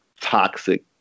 toxic